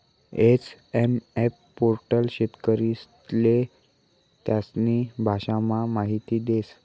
SMF portal शेतकरीस्ले त्यास्नी भाषामा माहिती देस